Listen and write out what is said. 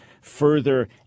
further